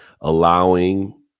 allowing